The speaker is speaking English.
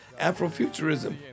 Afrofuturism